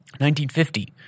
1950